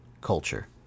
culture